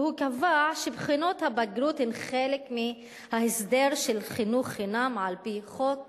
והוא קבע שבחינות הבגרות הן חלק מההסדר של חינוך חינם על-פי חוק